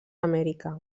amèrica